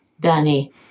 Danny